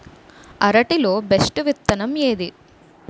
అరటి లో బెస్టు విత్తనం ఏది?